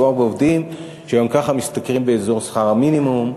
מדובר בעובדים שגם ככה משתכרים באזור שכר המינימום.